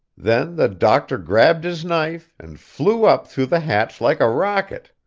then the doctor grabbed his knife, and flew up through the hatch like a rocket.